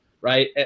right